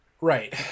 Right